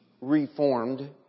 reformed